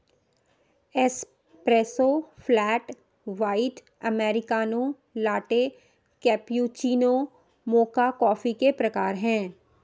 espresso, flat white, americano, latte, cappuccino, mocha coffee के प्रकार हैं